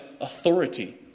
authority